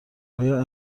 آیا